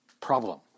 problem